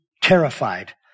terrified